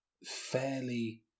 fairly